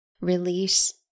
release